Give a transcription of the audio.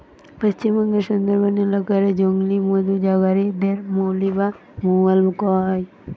পশ্চিমবঙ্গের সুন্দরবন এলাকা রে জংলি মধু জগাড়ি দের মউলি বা মউয়াল কয়া হয়